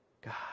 God